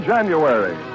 January